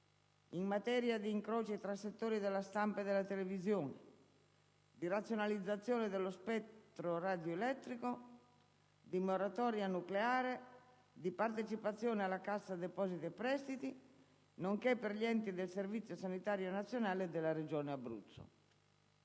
in materia di incroci tra settori della stampa e della televisione, di razionalizzazione dello spettro radioelettrico, di moratoria nucleare, di partecipazioni alla Cassa depositi e prestiti, nonché per gli enti del Servizio sanitario nazionale della regione Abruzzo»